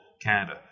Canada